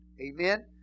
Amen